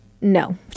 No